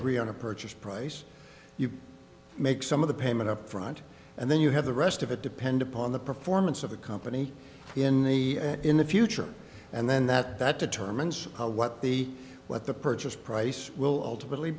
agree on a purchase price you make some of the payment up front and then you have the rest of it depend upon the performance of the company in the in the future and then that that determines what the what the purchase price will ultimately